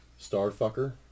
Starfucker